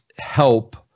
help